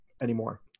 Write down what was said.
anymore